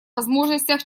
возможностях